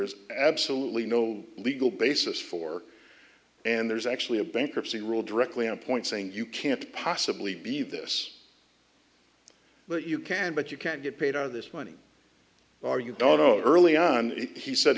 is absolutely no legal basis for and there's actually a bankruptcy rule directly on point saying you can't possibly be this but you can but you can't get paid are this money are you don't know early on he said